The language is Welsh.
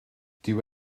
dyw